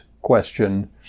question